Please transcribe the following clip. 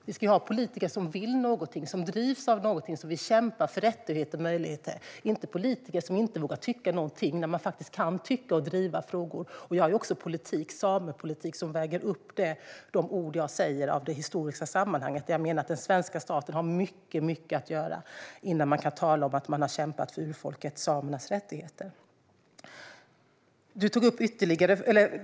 Vi ska ha politiker som vill någonting, som drivs av någonting och som vill kämpa för rättigheter och möjligheter - inte politiker som inte vågar tycka någonting när man faktiskt kan tycka och driva frågor. Jag för också en samepolitik som väger upp de ord jag säger om det historiska sammanhanget. Jag menar att den svenska staten har mycket att göra innan den kan tala om att den har kämpat för urfolket samernas rättigheter.